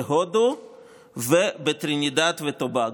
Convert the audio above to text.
בהודו ובטרינידד וטובגו.